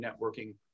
networking